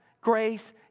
grace